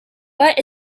but